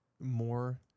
more